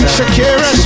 Shakira